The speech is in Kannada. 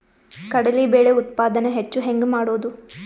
ಕಡಲಿ ಬೇಳೆ ಉತ್ಪಾದನ ಹೆಚ್ಚು ಹೆಂಗ ಮಾಡೊದು?